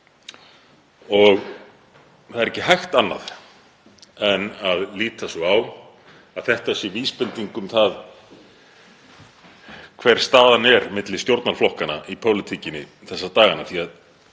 Ekki er hægt annað en að líta svo á að það sé vísbending um það hver staðan er milli stjórnarflokkanna í pólitíkinni þessa dagana. Það